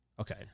Okay